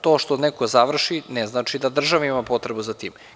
To što neko završi, to ne znači da država ima potrebu za tim.